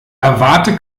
erwarte